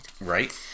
Right